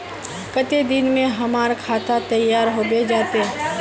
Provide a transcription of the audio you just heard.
केते दिन में हमर खाता तैयार होबे जते?